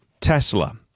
Tesla